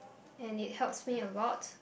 and it helps me a lot